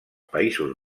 països